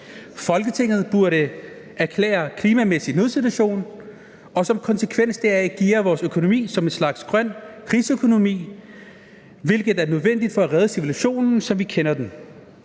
Folketinget burde erklære klimamæssig nødsituation og som konsekvens deraf geare vores økonomi som en slags grøn krigsøkonomi, hvilket er nødvendigt for at redde civilisationen, som vi kender den.